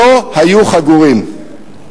לא היו חגורים.